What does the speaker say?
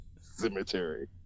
Cemetery